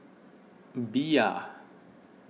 Bia